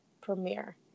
premiere